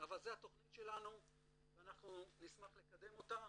אבל זו התוכנית שלנו ואנחנו נשמח לקדם אותה